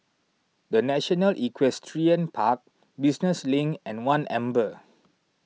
the National Equestrian Park Business Link and one Amber